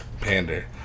pander